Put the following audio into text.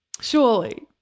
Surely